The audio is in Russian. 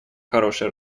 хорошее